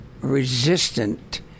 resistant